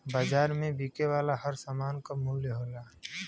बाज़ार में बिके वाला हर सामान क मूल्य होला